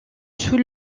sous